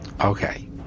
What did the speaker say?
Okay